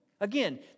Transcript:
Again